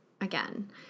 again